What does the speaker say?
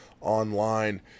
online